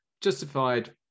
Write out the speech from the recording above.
justified